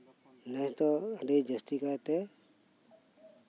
ᱱᱮᱥᱫᱚ ᱟᱹᱰᱤ ᱡᱟᱹᱥᱛᱤ ᱠᱟᱭᱛᱮ